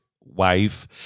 wife